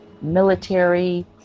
military